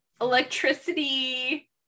electricity